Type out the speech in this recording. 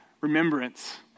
remembrance